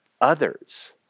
others